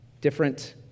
Different